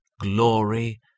glory